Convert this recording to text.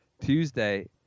Tuesday